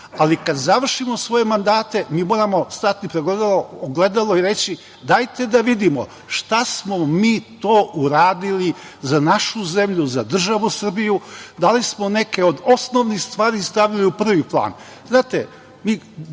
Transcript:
Ali, kad završimo svoje mandate, mi moramo stati pred ogledalo i reći – dajte da vidimo šta smo mi to uradili za našu zemlju, za državu Srbiju, da li smo neke od osnovnih stvari stavili u prvi